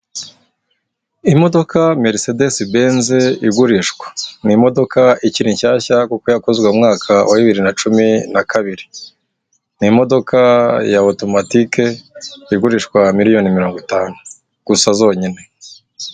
Imodoka merisedesi benzi igurishwa, ni imodoka ikiri nshyashya kuko yakozwe mu mwaka wa bibiri nacumi na kabiri, ni imodoka ya atomayike igurishwa miliyoni mirongo itanu gusa zonyine.